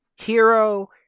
hero